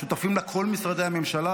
שותפים לה כל משרדי הממשלה,